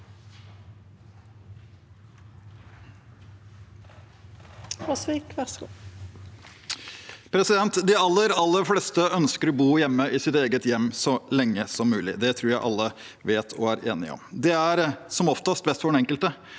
De aller fleste ønsker å bo hjemme, i sitt eget hjem, så lenge som mulig. Det tror jeg alle vet og er enige om. Det er som oftest best for den enkelte